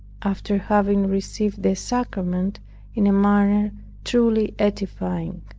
after having received the sacrament in a manner truly edifying.